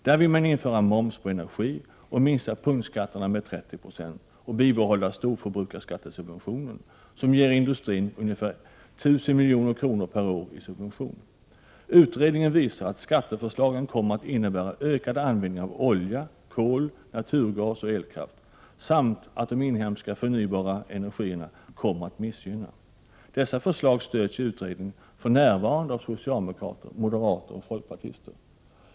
Där vill man införa moms på energi, minska punktskatterna med 30 90 och bibehålla storförbrukarskattesubventionen, som ger industrin ungefär 1 000 milj.kr. per år i subventioner. Utredningen visar att skatteförslagen kommer att innebära ökad användning av olja, kol, naturgas och elkraft samt att de inhemska förnybara energislagen kommer att missgynnas. Dessa förslag stöds i utredningen för närvarande av socialdemokrater, moderater och folkpartister.